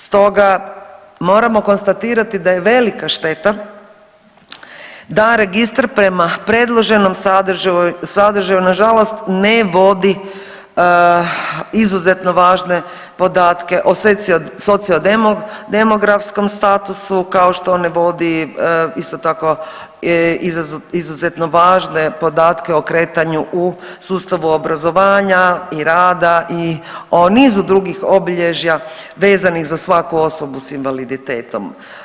Stoga moramo konstatirati da je velika šteta da registar prema predloženom sadržaju na žalost ne vodi izuzetno važne podatke o socio demografskom statusu kao što ne vodi isto tako izuzetno važne podatke o kretanju u sustavu obrazovanja i rada i o nizu drugih obilježja vezanih za svaku osobu sa invaliditetom.